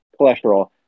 cholesterol